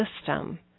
system